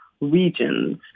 regions